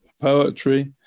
poetry